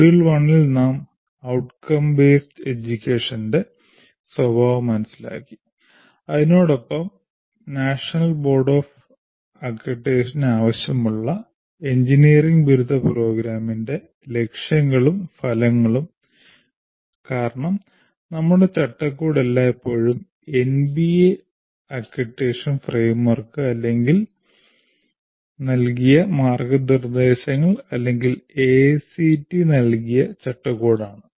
module 1 ൽ നാം outcome based education ൻറെ സ്വഭാവം മനസ്സിലാക്കി അതിനോടൊപ്പം നാഷണൽ ബോർഡ് ഓഫ് അക്രഡിറ്റേഷന് ആവശ്യമുള്ള എഞ്ചിനീയറിംഗ് ബിരുദ പ്രോഗ്രാമിന്റെ ലക്ഷ്യങ്ങളും ഫലങ്ങളും കാരണം നമ്മുടെ ചട്ടക്കൂട് എല്ലായ്പ്പോഴും NBA അക്രഡിറ്റേഷൻ ഫ്രെയിംവർക്ക് അല്ലെങ്കിൽ നൽകിയ മാർഗ്ഗനിർദ്ദേശങ്ങൾ അല്ലെങ്കിൽ AICTE നൽകിയ ചട്ടക്കൂടാണ്